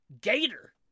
Gator